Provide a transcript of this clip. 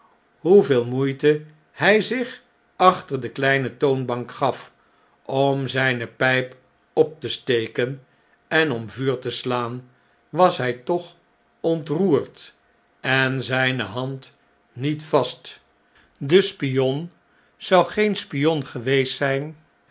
hoeveel moeite hjj zich achter de kleine toonbank gaf om zh'ne pijp op te steken en om vuur te slaan was hn'tochontroerd en zijne hand niet vast de spion zou geen spion geweest zijn